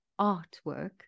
artwork